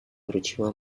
wróciła